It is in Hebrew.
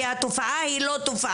כי התופעה היא לא תופעה.